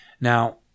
Now